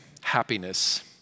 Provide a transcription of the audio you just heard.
happiness